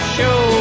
show